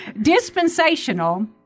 Dispensational